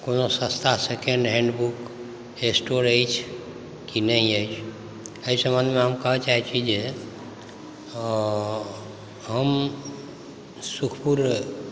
ओना सस्ता second hand book store अछि कि नहि अछि एहि सम्बन्धमे हम कहऽ चाहै छी जे हम सुखपुर